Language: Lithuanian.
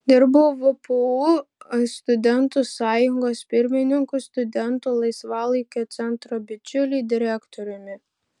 dirbau vpu studentų sąjungos pirmininku studentų laisvalaikio centro bičiuliai direktoriumi